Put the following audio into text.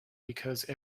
because